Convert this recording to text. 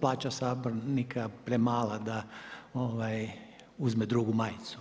plaća sabornika premala da uzme drugu majicu.